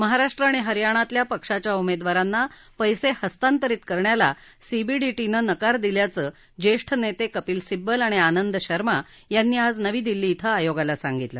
महाराष्ट्र आणि हरयाणातल्या पक्षाच्या उमेदवारांना पैसे हस्तांरित करण्याला सीबीडीटीनं नकार दिल्याचं ज्येष्ठ नेते कपिल सिब्बल आणि आनंद शर्मा यांनी आज नवी दिल्ली क्रि आयोगाला सांगितलं